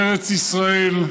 ארץ ישראל,